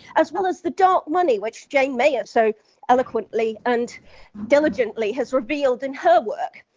as well as the dark money, which jane mayer so eloquently and diligently has revealed in her work.